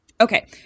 Okay